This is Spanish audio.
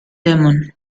lemon